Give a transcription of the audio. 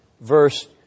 verse